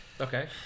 okay